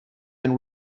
and